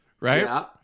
Right